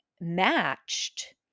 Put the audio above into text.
matched